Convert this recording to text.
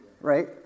right